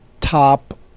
top